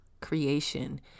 creation